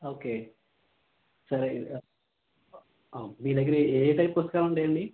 okay సరే అయితే మీ దగ్గర ఏ టైప్ పుస్తకాలు ఉంటాయండి